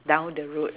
down the road